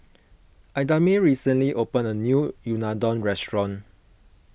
Idamae recently opened a new Unadon restaurant